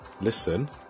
Listen